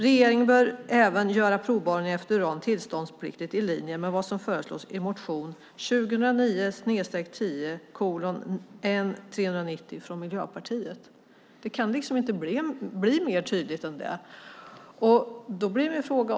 Regeringen bör även göra provborrning efter uran tillståndspliktig i linje med vad som föreslås i motion 2009/10:N390 ." Det kan liksom inte bli mer tydligt än så. Då har jag en fråga.